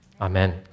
Amen